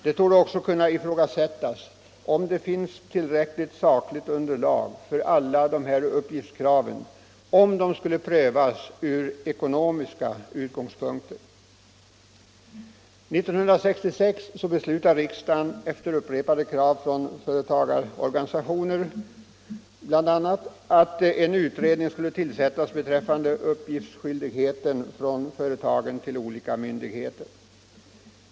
Det torde också kunna ifrågasättas om det finns tillräckligt sakligt underlag för alla de uppgiftskrav som ställs, om de även prövades från ekonomiska utgångspunkter. År 1966 beslutade riksdagen efter upprepade krav bl.a. från företagarorganisationer att en utredning skulle tillsättas beträffande företagens skyldighet att lämna uppgifter till olika myndigheter.